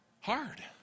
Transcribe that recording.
hard